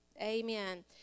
Amen